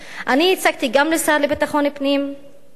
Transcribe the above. הצגתי גם לשר לביטחון הפנים ישירות,